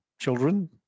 children